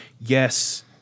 yes